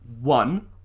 one